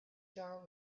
jar